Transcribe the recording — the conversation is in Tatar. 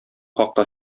хакта